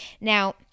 now